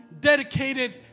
dedicated